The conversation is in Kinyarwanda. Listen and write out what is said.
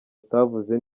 atavuze